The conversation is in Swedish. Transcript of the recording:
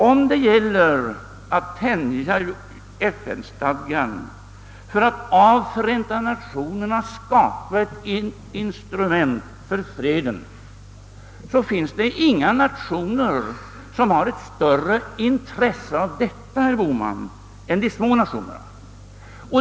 Om det gäller att tänja FN-stadgan för att av Förenta Nationerna skapa ett instrument för freden, så finns det inga nationer som har större intresse härav än de små nationerna.